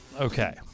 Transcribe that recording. Okay